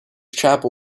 chapel